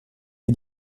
est